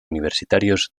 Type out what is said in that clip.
universitarios